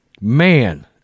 Man